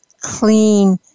clean